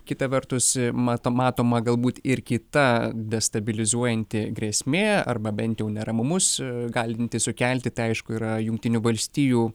kita vertus mato matoma galbūt ir kita destabilizuojanti grėsmė arba bent jau neramumus galinti sukelti tai aišku yra jungtinių valstijų